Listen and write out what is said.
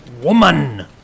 woman